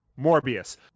Morbius